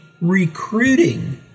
recruiting